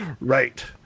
right